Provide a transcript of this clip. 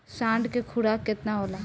साँढ़ के खुराक केतना होला?